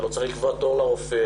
אתה לא צריך לקבוע תור לרופא,